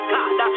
God